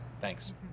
Thanks